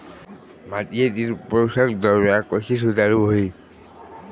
मातीयेतली पोषकद्रव्या कशी सुधारुक होई?